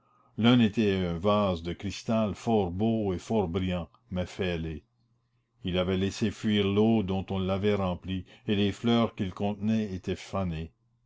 l'un était un vase de cristal fort beau et fort brillant mais fêlé il avait laissé fuir l'eau dont on l'avait rempli et les fleurs qu'il contenait étaient fanées